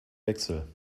wechsel